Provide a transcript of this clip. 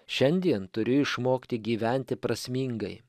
šiandien turiu išmokti gyventi prasmingai